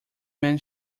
man